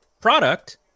product